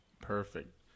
Perfect